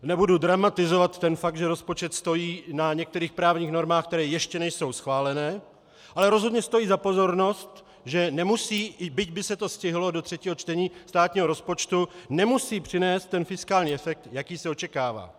Nebudu dramatizovat ten fakt, že rozpočet stojí na některých právních normách, které ještě nejsou schválené, ale rozhodně stojí za pozornost, že nemusí, byť by se to stihlo do třetího čtení státního rozpočtu, přinést ten fiskální efekt, jaký se očekává.